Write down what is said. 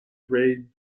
ray